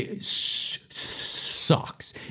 sucks